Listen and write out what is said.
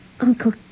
Uncle